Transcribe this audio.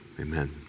amen